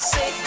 Say